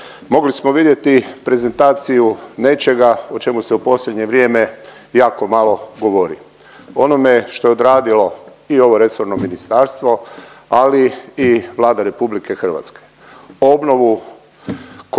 mogli smo vidjeti prezentaciju nečega o čemu se u posljednje vrijeme jako malo govori, o onome što je odradilo i ovo resorno ministarstvo, ali i Vlada RH, obnovu koja je